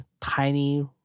tiny